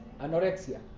Anorexia